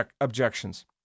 objections